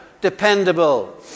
dependable